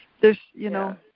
there's, you know,